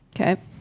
Okay